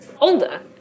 older